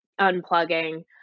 unplugging